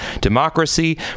democracy